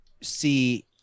see